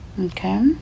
Okay